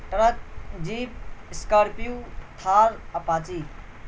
truck jeep scorpio Thar apache